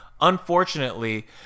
unfortunately